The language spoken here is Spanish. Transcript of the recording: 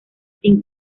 sin